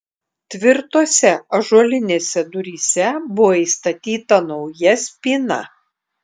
tvirtose ąžuolinėse duryse buvo įstatyta nauja spyna